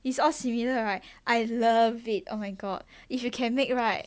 it's all similar right I love it oh my god if you can make right